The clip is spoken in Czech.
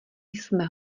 jsme